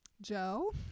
Joe